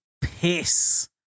piss